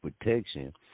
protection